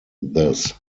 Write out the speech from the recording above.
this